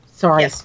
Sorry